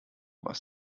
was